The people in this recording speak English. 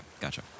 gotcha